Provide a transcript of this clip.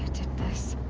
did this?